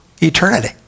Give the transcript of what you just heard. eternity